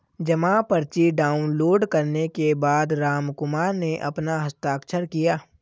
जमा पर्ची डाउनलोड करने के बाद रामकुमार ने अपना हस्ताक्षर किया